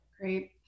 Great